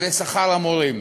ושכר המורים.